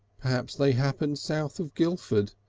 perhaps they happened south of guilford.